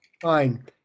fine